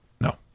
No